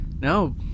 No